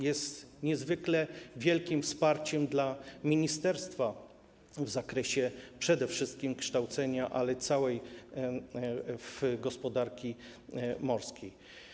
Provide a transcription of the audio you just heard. Jest niezwykle wielkim wsparciem dla ministerstwa w zakresie przede wszystkim kształcenia, ale i całej gospodarki morskiej.